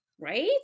Right